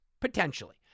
potentially